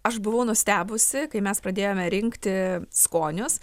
aš buvau nustebusi kai mes pradėjome rinkti skonius